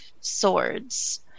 swords